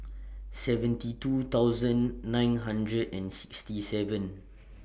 seventy two thousand nine hundred and sixty seven